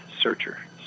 Searcher